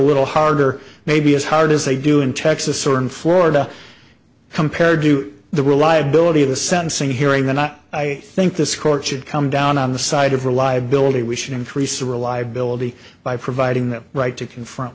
little harder maybe as hard as they do in texas or in florida compared to the reliability of the sentencing hearing the not i think this court should come down on the side of reliability we should increase reliability by providing the right to confront